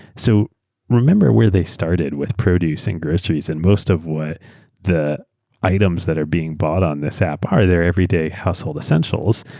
so remember where they started with produce and groceries and most of what the items that are being bought on this app are their everyday household essentials.